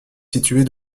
située